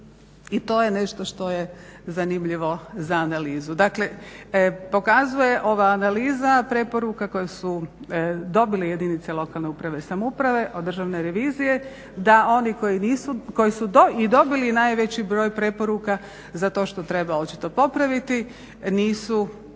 i to je nešto što je zanimljivo za analizu. Dakle, pokazuje ova analiza preporuka koje su dobili jedinice lokalne uprave i samouprave od Državne revizije da oni koji su i dobili najveći broj preporuka za to što treba očito popraviti nisu